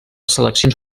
seleccions